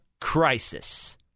crisis